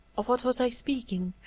of what was i speaking?